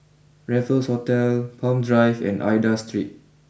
Raffles Hotel Palm Drive and Aida Street